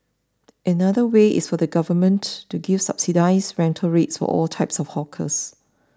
another way is for the government to give subsidised rental rates for all types of hawkers